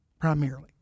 Primarily